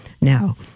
Now